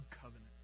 covenant